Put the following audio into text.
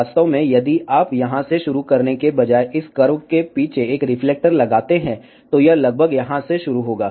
वास्तव में यदि आप यहाँ से शुरू करने के बजाय इस कर्व के पीछे एक रिफ्लेक्टर लगाते हैं तो यह लगभग यहाँ से शुरू होगा